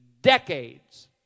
decades